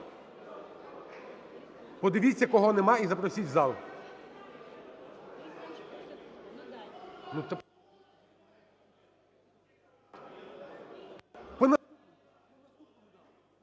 подивіться кого немає і запросіть в зал.